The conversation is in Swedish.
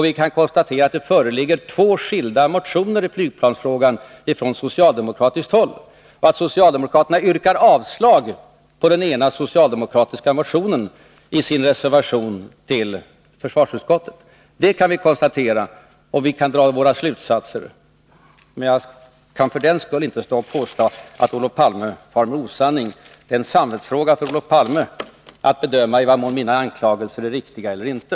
Vi kan konstatera att det föreligger två skilda motioner i flygplansfrågan från socialdemokratiskt håll och att socialdemokraterna i en reservation till försvarsutskottets betänkande yrkar avslag på den ena socialdemokratiska motionen. Av det kan vi dra våra slutsatser, men jag kan för den skull inte påstå att Olof Palme far med osanning. Det är en samvetsfråga för Olof Palme att bedöma i vad mån mina anklagelser är riktiga eller inte.